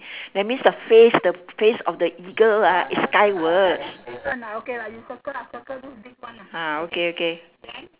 that means the face the face of the eagle ah is skywards ah okay okay